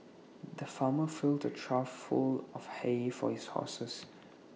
the farmer filled A trough full of hay for his horses